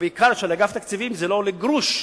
ובעיקר כשלאגף התקציבים זה לא עולה גרוש.